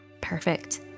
Perfect